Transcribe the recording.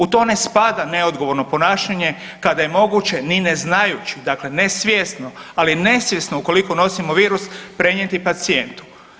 U to ne spada neodgovorno ponašanje, kada je moguće, ni ne znaju, dakle nesvjesno, ali nesvjesno, ukoliko nosimo virus, prenijeti pacijentu.